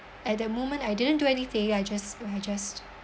at that moment I didn't do anything I just I just